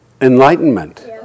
enlightenment